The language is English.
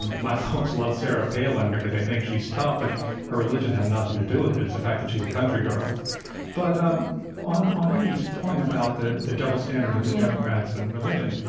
my folks love sarah palin because they think she's tough, but her religion has nothing to do with it it's the fact that she's a country girl but um on on amy's point about the the double standard with the democrats and religion,